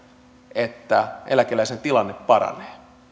että eläkeläisen tilanne paranee